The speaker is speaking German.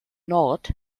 nord